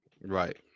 Right